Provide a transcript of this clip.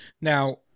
Now